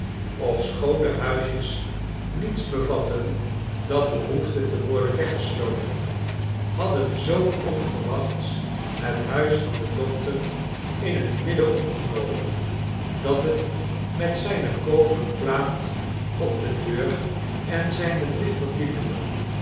ofschoon de huisjes niets bevatten dat behoefde te worden weggesloten hadden zoo onverwachts het huis van den dokter in hun midden opgenomen dat het met zyne koperen plaat op de deur en zflne drie verdiepingen